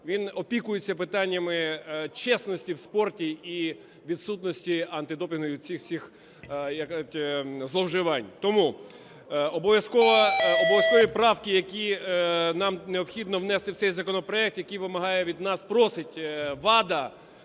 він опікується питаннями чесності в спорті і відсутності антидопінгових цих всіх зловживань. Тому обов'язкові правки, які нам необхідно внести в цей законопроект, який вимагає від нас, просить ВАДА,